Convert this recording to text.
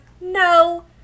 no